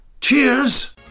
Cheers